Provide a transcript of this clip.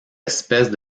espèces